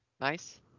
nice